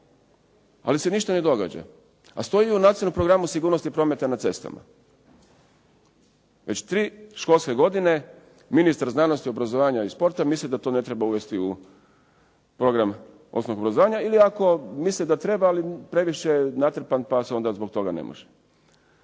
ali se ništa ne događa, a stoji u Nacionalnom programu sigurnosti prometa na cestama. Već tri školske godine ministar znanosti, obrazovanja i sporta misli da to ne treba uvesti u program osnovnog obrazovanja ili ako misli da treba ali je previše natrpan pa se onda zbog toga ne može.